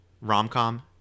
rom-com